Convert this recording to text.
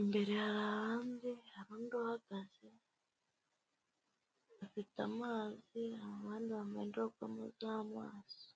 imbere hari undi uhagaze afite amazi; abandi bambaye indorerwamo z'amaso.